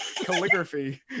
Calligraphy